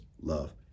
love